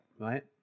Right